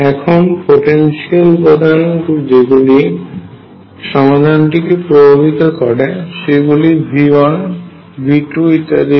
এখন পোটেনশিয়াল উপাদান যেগুলি সমাধানটি কে প্রভাবিত করে সেগুলি v1 v2 ইত্যাদি হয়